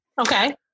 Okay